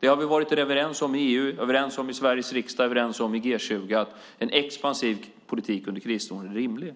Vi har varit överens i EU, i Sveriges riksdag och i G20 att en expansiv politik under krisår är rimlig.